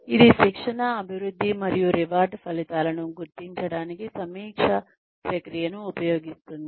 ఇది శిక్షణ అభివృద్ధి మరియు రివార్డ్ ఫలితాలను గుర్తించడానికి సమీక్ష ప్రక్రియను ఉపయోగిస్తుంది